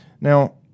Now